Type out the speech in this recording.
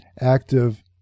active